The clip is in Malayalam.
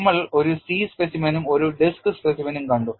നമ്മൾ ഒരു C സ്പെസിമെനും ഒരു ഡിസ്ക് സ്പെസിമെനും കണ്ടു